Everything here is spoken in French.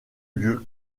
lieu